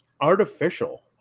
Artificial